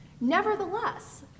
Nevertheless